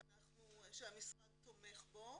שהמשרד תומך בהם,